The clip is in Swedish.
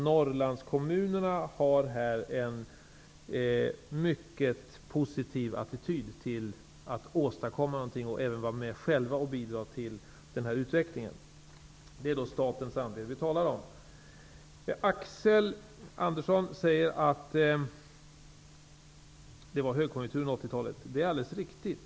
Norrlandskommunerna har en mycket positiv attityd till att åstadkomma någonting och att även vara med själva och bidra till utvecklingen. Jag talar då om statens andel. Axel Andersson sade att det var högkonjunktur under 80-talet. Det är alldeles riktigt.